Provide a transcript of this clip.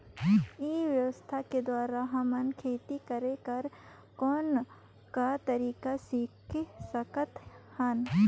ई व्यवसाय के द्वारा हमन खेती करे कर कौन का तरीका सीख सकत हन?